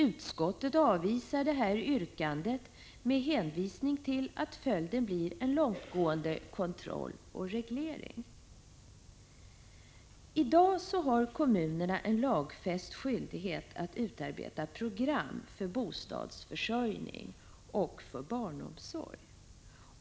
Utskottet avvisar det yrkandet med hänvisning till att följden blir en långtgående kontroll och reglering. I dag har kommunerna en lagfäst skyldighet att utarbeta program för bostadsförsörjning och för barnomsorg.